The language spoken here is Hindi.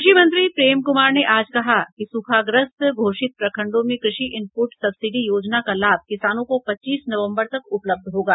कृषि मंत्री प्रेम कुमार ने आज कहा कि सूखाग्रस्त घोषित प्रखंडों में कृषि इनपूट सब्सिडी योजना का लाभ किसानों को पच्चीस नवम्बर तक उपलब्ध होगा